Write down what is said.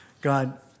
God